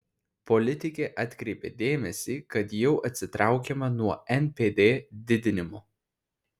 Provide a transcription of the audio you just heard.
politikė atkreipė dėmesį kad jau atsitraukiama nuo npd didinimo